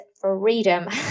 freedom